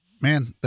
man